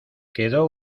quedó